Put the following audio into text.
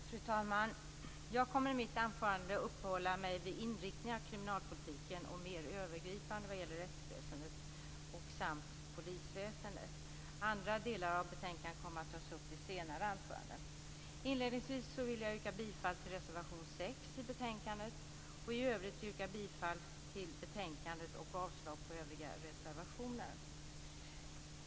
Fru talman! Jag kommer i mitt anförande att uppehålla mig vid inriktningen av kriminalpolitiken och mer övergripande vad gäller rättsväsendet samt vid polisväsendet. Andra delar av betänkandet kommer att tas upp i senare anföranden. Inledningsvis vill jag yrka bifall till reservation 6 till betänkandet, och i övrigt yrkar jag bifall till utskottets hemställan och avslag på övriga reservationer.